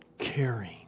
caring